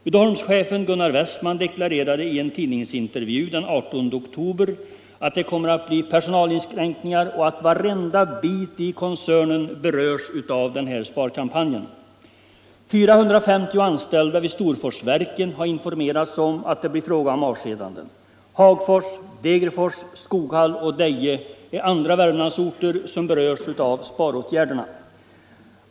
Uddeholmschefen Gunnar Wessman deklarerade i en tidningsintervju den 18 oktober att det kommer att bli personalinskränkningar och att varenda bit av koncernen berörs av sparkampanjen. 450 anställda vid Storforsverken har informerats om att det blir fråga om avskedanden. Hagfors, Degerfors, Skoghalt och Deje är andra Värmlandsorter som berörs av sparåtgärderna.